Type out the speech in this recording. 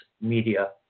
media